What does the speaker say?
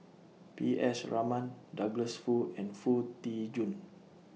P S Raman Douglas Foo and Foo Tee Jun